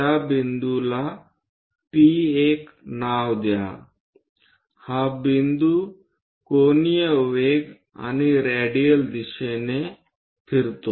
त्या बिंदुला P1 नाव द्या हा बिंदू कोनीय वेग आणि रेडियल दिशेने फिरतो